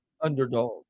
underdog